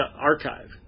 archive